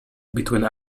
between